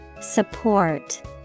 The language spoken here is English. support